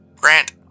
Grant